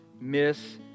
miss